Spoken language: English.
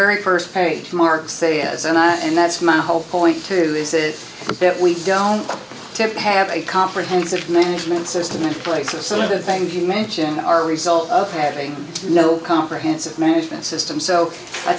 very first page mark say has and i and that's my whole point to this is that we don't have a comprehensive management system in place and some of the things you mention are result of having no comprehensive management system so i